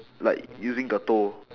like using the toe